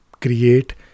create